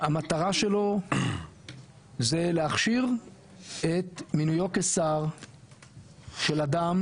המטרה שלו זה להכשיר את מינויו כשר של אדם